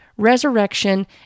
Resurrection